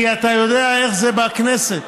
כי אתה יודע איך זה בכנסת.